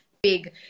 big